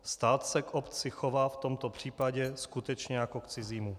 Stát se k obci chová v tomto případě skutečně jako k cizímu.